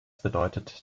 bedeutet